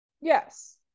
Yes